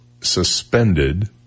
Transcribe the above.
suspended